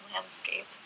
landscape